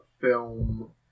film